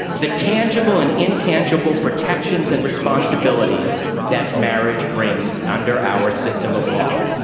the tangible and intangible protections and responsibilities that marriage brings under our system of law.